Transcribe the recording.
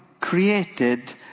created